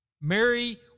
Mary